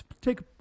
take